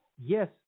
yes